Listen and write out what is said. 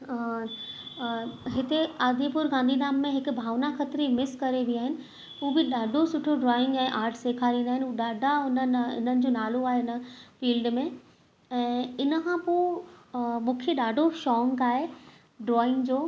हिते आदिपुर गांधीधाम में हिकु भावना खत्री मिस करे बि आहिनि उहे बि ॾाढो सुठो ड्रॉइंग ऐं आर्ट सेखारींदा आहिनि ॾाढा हुननि हिननि जो नालो आहिनि फील्ड में ऐं इनखां पोइ मूंखे ॾाढो शौक़ु आहे ड्रॉइंग जो